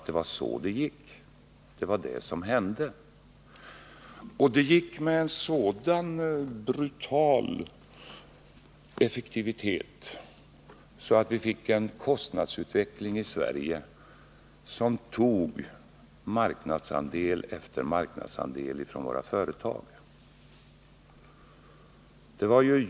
Det var detta som hände — och med en sådan brutal effektivitet att vi i Sverige fick en kostnadsutveckling. som tog marknadsandel efter marknadsandel från våra företag.